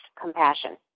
compassion